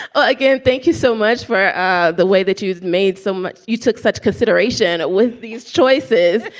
again, thank you so much for the way that you've made so much. you took such consideration with these choices.